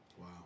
Wow